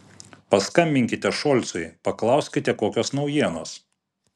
paskambinkite šolcui paklauskite kokios naujienos